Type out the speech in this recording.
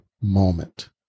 moment